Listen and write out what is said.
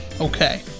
Okay